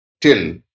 till